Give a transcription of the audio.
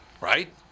Right